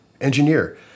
engineer